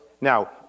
Now